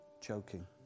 choking